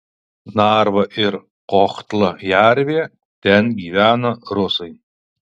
narva ir kohtla jervė ten gyvena rusai